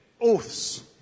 oaths